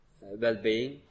well-being